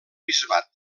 bisbat